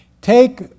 Take